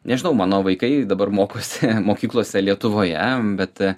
nežinau mano vaikai dabar mokosi mokyklose lietuvoje bet